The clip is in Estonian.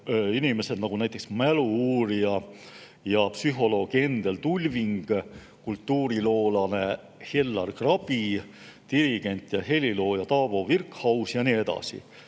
inimesed nagu näiteks mälu-uurija ja psühholoog Endel Tulving, kultuuriloolane Hellar Grabbi, dirigent ja helilooja Taavo Virkhaus ja nii edasi.